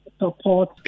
support